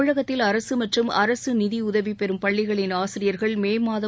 தமிழகத்தில் அரசுமற்றும் அரசுநிநியுதவிபெறும் பள்ளிகளின் ஆசிரியர்கள் மேமாதம்